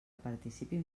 participin